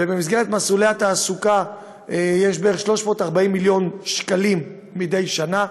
ובמסגרת מסלולי התעסוקה יש בערך 340 מיליון שקלים מדי שנה,